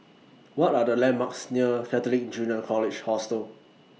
What Are The landmarks near Catholic Junior College Hostel